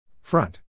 Front